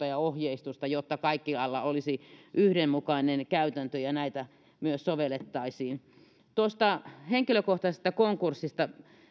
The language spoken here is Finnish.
ja ohjeistusta jotta kaikkialla olisi yhdenmukainen käytäntö ja näitä myös sovellettaisiin tuosta henkilökohtaisesta konkurssista